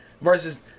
versus